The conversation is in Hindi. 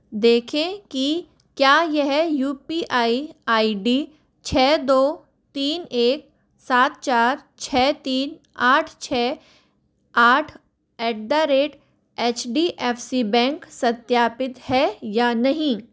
देखें कि क्या यह U P I I D छ दो तीन एक सात चार छ तीन आठ छ आठ at the rate H D F C bank सत्यापित है या नहीं